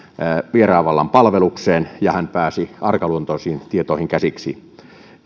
vieraan vallan palvelukseen ja hän pääsi arkaluontoisiin tietoihin käsiksi